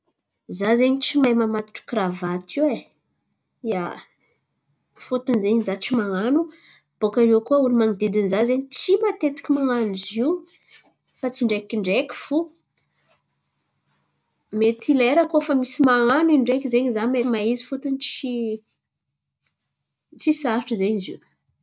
Za zen̈y tsy mahay mamatotro kiravaty io e. Ia, fôtony zen̈y za tsy man̈ano bòka iô koa olo man̈odidin̈y za zen̈y tsy matetiky man̈ano zio fa tsindraikindraiky fo. Mety lera koa fa misy man̈ano in̈y ndreky zen̈y za mety mahay izy fôtony tsy tsy sarotro zen̈y zio.